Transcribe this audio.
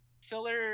filler